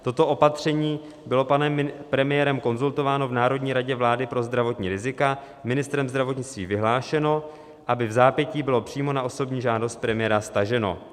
Toto opatření bylo panem premiérem konzultováno v Národní radě vlády pro zdravotní rizika, ministrem zdravotnictví vyhlášeno, aby vzápětí bylo přímo na osobní žádost premiéra staženo.